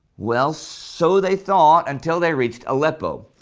well, so they thought until they reached aleppo.